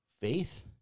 faith